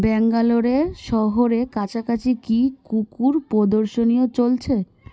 ব্যাঙ্গালোরে শহরে কাছাকাছি কি কুকুর প্রদর্শনীও চলছে